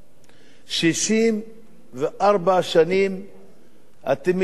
64 שנים אתם מתדיינים ביניכם